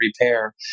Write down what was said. repair